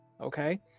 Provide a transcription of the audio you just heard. okay